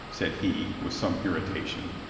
said he with some irrita tation.